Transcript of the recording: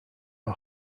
our